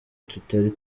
tutari